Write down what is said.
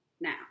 now